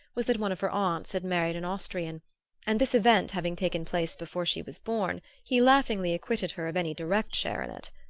was that one of her aunts had married an austrian and this event having taken place before she was born he laughingly acquitted her of any direct share in it.